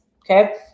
Okay